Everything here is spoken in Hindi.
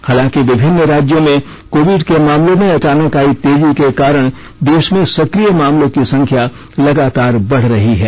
हालांकि विभिन्न राज्यों में कोविड के मामलों में अचानक आई तेजी के कारण देश में सक्रिय मामलों की संख्या लगातार बढ रही है